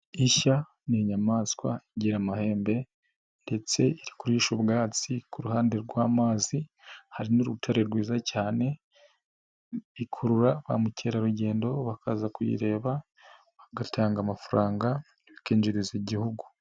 Ishya ni inyamaswa igira amahembe ndetse iri kurisha ubwatsi ku ruhande rw'amazi hari n'urutare rwiza cyane, ikurura ba mukerarugendo bakaza kuyireba, bagatanga amafaranga bikinjiriza igihugu.